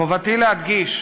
חובתי להדגיש,